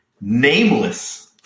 nameless